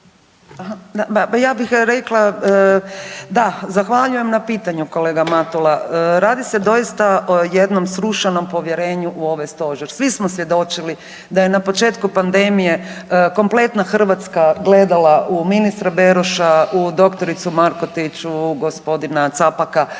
Ja bih rekla, da, zahvaljujem na pitanju kolega Matula. Radi se doista o jednom srušenom povjerenju u ovaj stožer. Svi smo svjedočili da je na početku pandemije kompletna Hrvatska gledala u ministra Beroša, u doktoricu Markotić, u gospodina Capaka, zaista